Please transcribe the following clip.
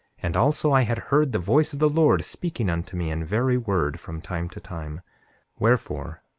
and also, i had heard the voice of the lord speaking unto me in very word, from time to time wherefore,